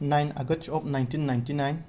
nine August of nineteen ninety nine